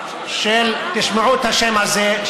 תשמעו את השם הזה,